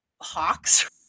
hawks